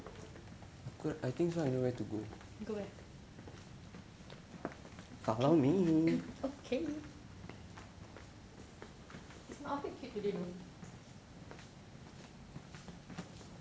go where okay is my outfit cute today !duh!